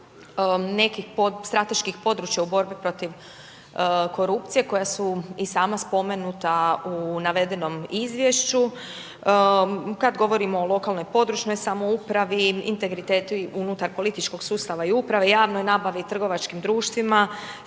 nekih strateških područja u borbi protiv korupcije koja su i sama spomenuta u navedenom izvješću. Kad govorimo o lokalnoj i područnoj samoupravi, integriteti unutar političkog sustava i uprava, javnoj nabavi, trgovačkim društvima,